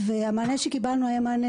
והמענה שקיבלנו היה מענה